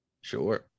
Sure